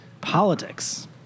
Politics